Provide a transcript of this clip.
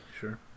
sure